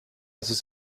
sus